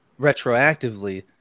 retroactively